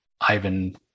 Ivan